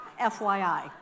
FYI